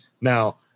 Now